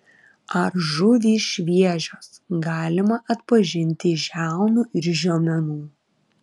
ar žuvys šviežios galima atpažinti iš žiaunų ir žiomenų